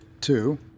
Two